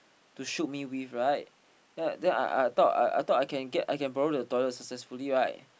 to shoot me with right then then I I thought I I thought I can get I can borrow the toilet successfully right